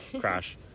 crash